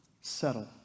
settle